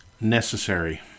Necessary